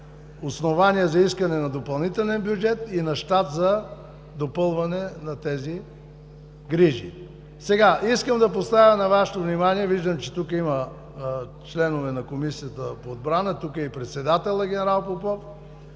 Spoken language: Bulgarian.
основание за искане на допълнителен бюджет и на щат за допълване на тези грижи. Искам да поставя на Вашето внимание, виждам, че тук има членове на Комисията по отбрана, тук е и председателят ген. Попов,